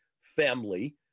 family